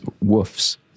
woofs